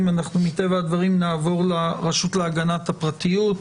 מטבע הדברים נעבור לרשות להגנת הפרטיות.